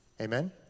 Amen